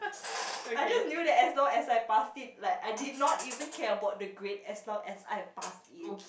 I just knew that as long as I passed it like I did not even care about the grade as long as I passed it